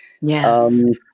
Yes